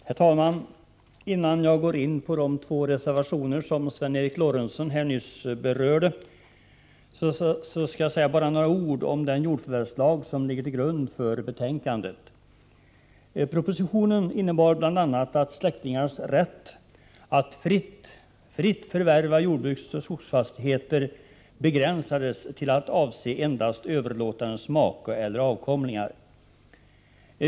Herr talman! Innan jag går in på de två reservationer som Sven Eric Lorentzon nyss berörde skall jag bara säga några ord om den jordförvärvslag som ligger till grund för betänkandet. Propositionen innebar bl.a. att släktingars rätt att fritt förvärva jordbruksoch skogsfastigheter begränsades till att avse endast överlåtarens make eller avkomlingar.